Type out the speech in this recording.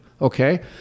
Okay